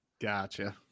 Gotcha